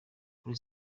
kuri